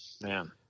man